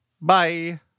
Bye